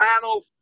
panels